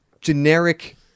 generic